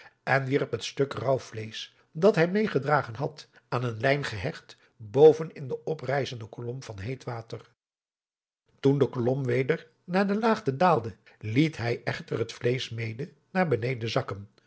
en wierp het stuk raauw vleesch dat hij meê gedragen had aan een lijn gehecht boven in die oprijzende kolom van heet water toen de kolom weder naar de laagte daalde liet hij echter het vleesch mede naar beneden zakken